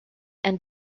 and